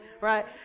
right